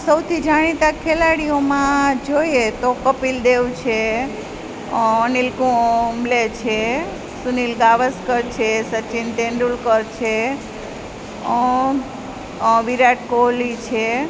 સૌથી જાણીતા ખેલાડીઓમાં જોઈએ તો કપિલ દેવ છે અનિલ કુંબલે છે સુનિલ ગાવસ્કર છે સચિન તેંડુલકર છે વિરાટ કોહલી છે